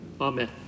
Amen